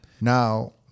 now